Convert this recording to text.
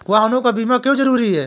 वाहनों का बीमा क्यो जरूरी है?